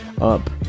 up